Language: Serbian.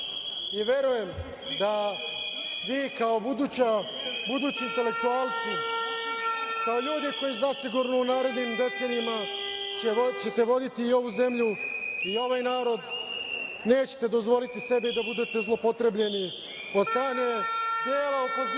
i verujem da vi kao budući intelektualci, kao ljudi koji zasigurno u narednim decenijama ćete voditi ovu zemlju i ovaj narod, nećete dozvoliti sebi da budete zloupotrebljeni od strane dela opozicije